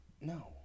No